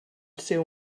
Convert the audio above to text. seu